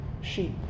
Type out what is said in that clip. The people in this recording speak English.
sheep